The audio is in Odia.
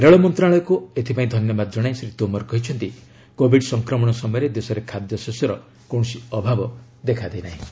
ରେଳ ମନ୍ତ୍ରଶାଳୟକୁ ଏଥିପାଇଁ ଧନ୍ୟବାଦ ଜଣାଇ ଶ୍ରୀ ତୋମର କହିଛନ୍ତି କୋଭିଡ୍ ସଂକ୍ରମଣ ସମୟରେ ଦେଶରେ ଖାଦ୍ୟଶସ୍ୟର କୌଣସି ଅଭାବ ଦେଖାଦେଇ ନାହିଁ